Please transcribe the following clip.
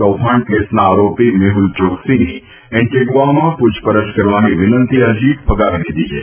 કૌભાંડ કેસના આરોપી મેહુલ ચોક્સીની એન્ટીગુઆમાં પૂછપરછ કરવાની વિનંતી અરજી ફગાવી દીધી છે